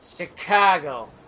Chicago